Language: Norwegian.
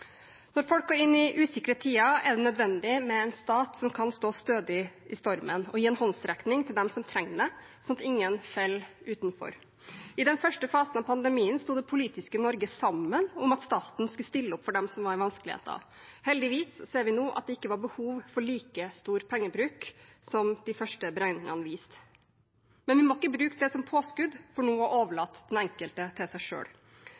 Når folk går inn i usikre tider, er det nødvendig med en stat som kan stå stødig i stormen og gi en håndsrekning til dem som trenger det, sånn at ingen faller utenfor. I den første fasen av pandemien sto det politiske Norge sammen om at staten skulle stille opp for dem som var i vanskeligheter. Heldigvis ser vi nå at det ikke var behov for like stor pengebruk som de første beregningene viste. Men vi må ikke bruke det som påskudd for nå å overlate den enkelte til seg